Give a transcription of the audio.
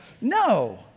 no